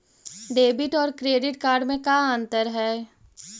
Debit और credit card में का अंतर है?